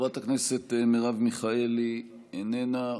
חברת הכנסת מרב מיכאלי, איננה.